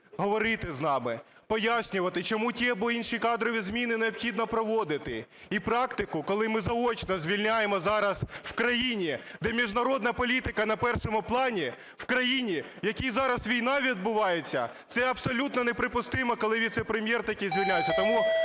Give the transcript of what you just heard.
говорити з нами, пояснювати, чому ті чи інші кадрові зміни необхідно проводити. І практику, коли ми заочно звільняємо зараз в країні, де міжнародна політика на першому плані, в країні, в якій зараз війна відбувається, це абсолютно неприпустимо, коли віце-прем'єр такий звільняється.